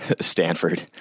Stanford